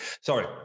Sorry